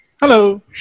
Hello